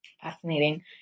Fascinating